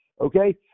Okay